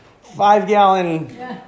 five-gallon